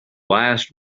last